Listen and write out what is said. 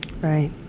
Right